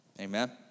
Amen